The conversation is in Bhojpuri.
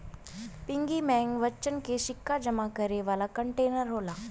पिग्गी बैंक बच्चन के सिक्का जमा करे वाला कंटेनर होला